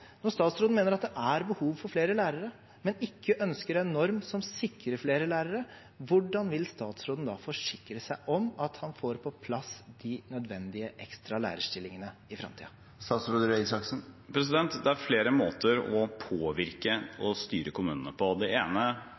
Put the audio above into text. Når statsråden mener at det er behov for flere lærere, men ikke ønsker en norm som sikrer flere lærere, hvordan vil statsråden da forsikre seg om at han får på plass de nødvendige ekstra lærerstillingene i framtiden? Det er flere måter å påvirke og styre kommunene på. Det ene